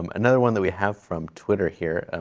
um another one that we have from twitter here.